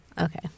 Okay